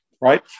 right